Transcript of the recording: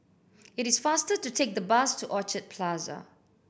it is faster to take the bus to Orchard Plaza